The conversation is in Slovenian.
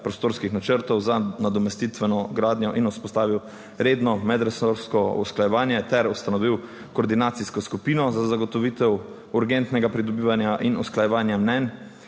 načrtov za nadomestitveno gradnjo in vzpostavil redno medresorsko usklajevanje ter ustanovil koordinacijsko skupino za zagotovitev urgentnega pridobivanja in usklajevanja mnenj